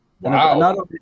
Wow